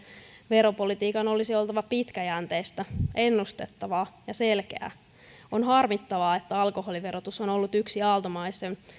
veropolitiikan olisi oltava pitkäjänteistä ennustettavaa ja selkeää on harmittavaa että alkoholiverotus on on ollut yksi aaltomaisen